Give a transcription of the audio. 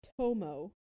Tomo